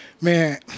man